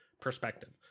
perspective